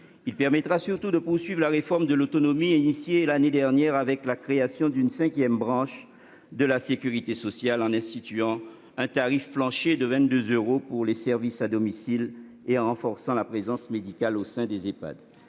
Il permettra surtout de poursuivre la réforme de l'autonomie initiée l'année dernière avec la création d'une cinquième branche de la sécurité sociale, en instituant un tarif plancher de 22 euros pour les services à domicile et en renforçant la présence médicale au sein des Ehpad.